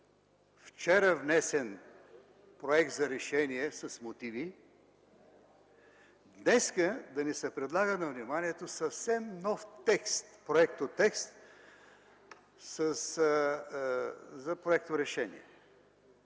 вчера внесен проект за решение с мотиви, днес да ни се предлага на вниманието съвсем нов проектотекст за проекторешение.